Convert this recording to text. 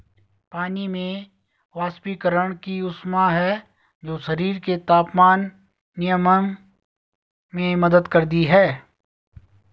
पानी में वाष्पीकरण की ऊष्मा है जो शरीर के तापमान नियमन में मदद करती है